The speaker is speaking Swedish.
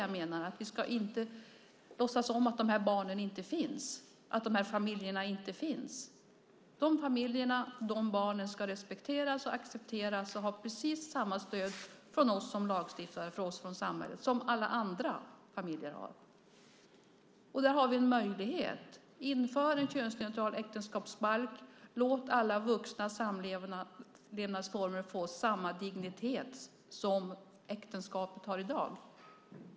Jag menar att vi inte ska låtsas som om de här barnen och familjerna inte finns. De familjerna och de barnen ska respekteras, accepteras och ha precis samma stöd från oss som lagstiftare och från samhället som alla andra familjer har. Där har vi en möjlighet genom att införa en könsneutral äktenskapsbalk och låta alla vuxna samlevnadsformer få samma dignitet som äktenskapet har i dag.